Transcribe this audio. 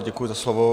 Děkuji za slovo.